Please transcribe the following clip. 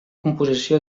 composició